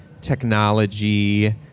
technology